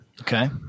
Okay